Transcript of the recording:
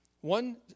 one